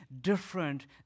different